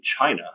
China